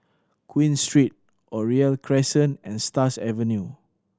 Queen Street Oriole Crescent and Stars Avenue